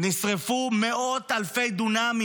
נשרפו מאות אלפי דונמים.